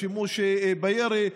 השימושי בירי.